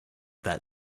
that